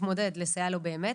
מתמודד לסייע לו באמת,